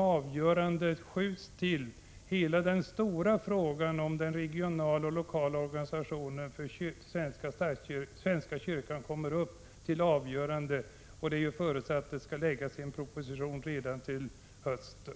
avgörandet skjuts upp tills hela den stora frågan om den regionala och lokala organisationen för svenska kyrkan kommer upp till behandling. Det förutses att en proposition kommer att läggas fram redan till hösten.